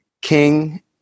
King